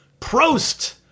Prost